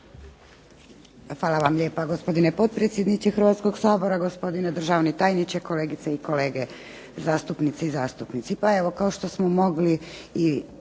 Hvala vam lijepa gospodine potpredsjedniče Hrvatskog sabora, gospodine državni tajniče, kolegice i kolege, zastupnice i zastupnici. Pa evo, kao što smo mogli i